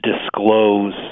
disclose